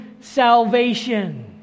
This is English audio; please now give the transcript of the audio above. salvation